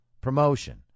promotion